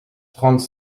trente